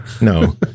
No